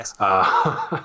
Yes